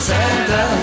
Santa